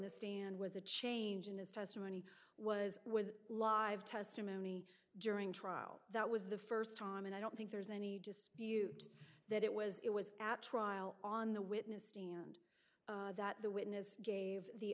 the stand was a change in his testimony was was live testimony during trial that was the first time and i don't think there's any dispute that it was it was at trial on the witness stand that the witness gave the